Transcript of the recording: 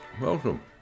welcome